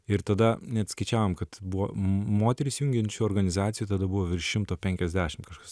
ir tada net skaičiavom kad buvo moterys jungiančių organizacijų tada buvo virš šimto penkiasdešim kažkas